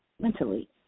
mentally